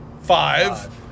five